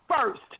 first